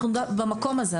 אנחנו במקום הזה.